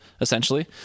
essentially